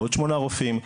עוד שמונה רופאים,